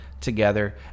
together